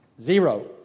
Zero